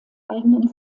eigenen